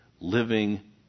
living